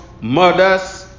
murders